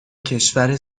کشور